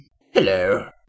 Hello